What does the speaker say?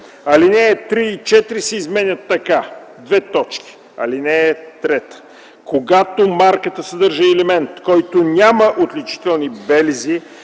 Алинеи 3 и 4 се изменят така: „(3) Когато марката съдържа елемент, който няма отличителни белези,